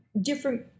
different